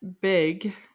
big